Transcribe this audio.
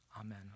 Amen